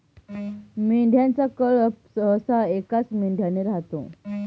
मेंढ्यांचा कळप सहसा एकाच मेंढ्याने राहतो